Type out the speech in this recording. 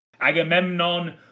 Agamemnon